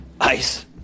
Ice